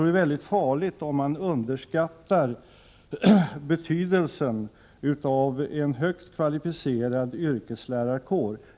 Det är mycket farligt om man underskattar betydelsen av en högt kvalificerad yrkeslärarkår.